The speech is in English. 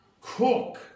cook